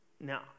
Now